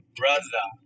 brother